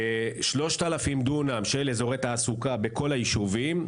3,000 דונם של אזורי תעסוקה בכל היישובים,